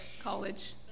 college